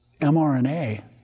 mRNA